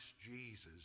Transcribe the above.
Jesus